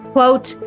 Quote